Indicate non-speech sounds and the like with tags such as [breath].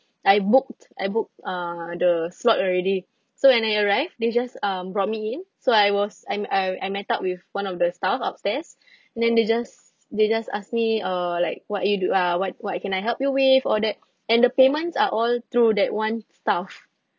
I booked I booked uh the slot already so when I arrived they just um brought me in so I was I'm I I met up with one of their staff upstairs [breath] then they just they just asked me uh like what you do uh what what can I help you with all that and the payments are all through that one staff